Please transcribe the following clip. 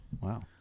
Wow